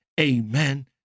Amen